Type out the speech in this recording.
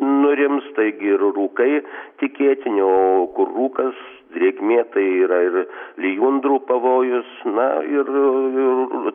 nurims taigi ir rūkai tikėtini o rūkas drėgmė tai yra ir lijundrų pavojus na ir